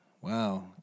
Wow